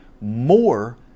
more